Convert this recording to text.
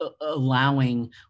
allowing